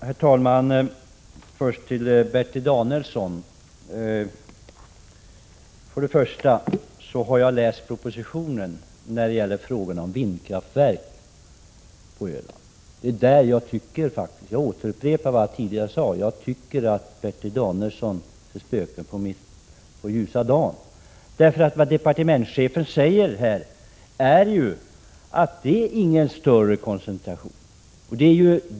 Herr talman! Jag vänder mig först till Bertil Danielsson. Jag har läst propositionen när det gäller vindkraftverk på Öland. Jag återupprepar vad jag tidigare sade: Jag tycker att Bertil Danielsson ser spöken mitt på ljusa dagen. Vad departementschefen säger är ju att det inte är någon större koncentration.